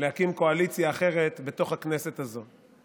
להקים קואליציה אחרת בתוך הכנסת הזו.